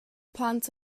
plant